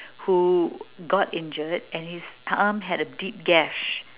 who got injured and his thumb had a deep gash